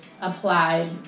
applied